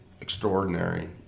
extraordinary